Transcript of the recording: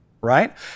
right